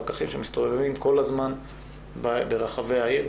פקחים שמסתובבים כל הזמן ברחבי העיר,